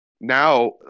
now